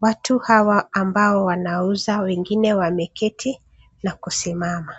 Watu hawa ambao wanauza wengine wameketi na kusimama.